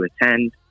attend